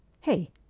Hey